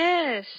Yes